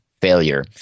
failure